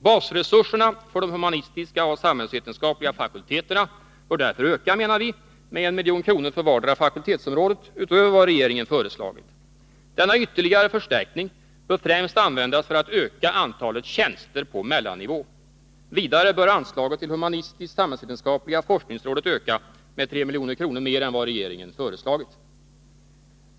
Basresurserna för de humanistiska och samhällsvetenskapliga fakulteterna bör därför öka, menar vi, med 1 milj.kr. för vartdera fakultetsområdet, utöver vad regeringen föreslagit. Denna ytterligare förstärkning bör främst användas för att öka antalet tjänster på mellannivå. Vidare bör anslaget till humanistisk-samhällsvetenskapliga forskningsrådet öka med 3 milj.kr. mer än vad regeringen föreslagit.